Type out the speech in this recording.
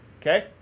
Okay